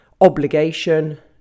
obligation